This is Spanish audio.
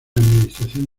administración